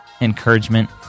encouragement